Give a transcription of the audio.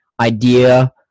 idea